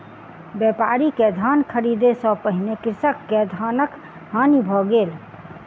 व्यापारी के धान ख़रीदै सॅ पहिने कृषक के धानक हानि भ गेल